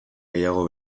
gehiago